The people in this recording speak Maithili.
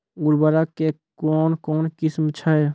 उर्वरक कऽ कून कून किस्म छै?